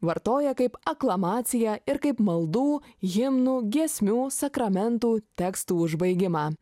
vartoja kaip aklamaciją ir kaip maldų himnų giesmių sakramentų tekstų užbaigimą